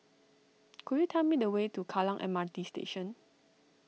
could you tell me the way to Kallang M R T Station